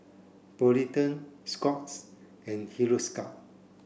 Polident Scott's and Hiruscar